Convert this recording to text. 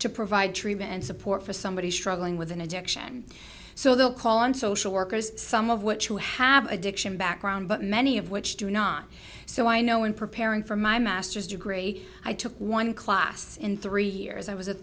to provide treatment and support for somebody struggling with an addiction so they'll call on social workers some of which you have addiction background but many of which do not so i know in preparing for my master's degree i took one class in three years i was a